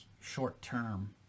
short-term